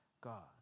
God